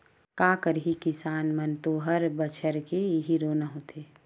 का करही किसान मन के तो हर बछर के इहीं रोना होथे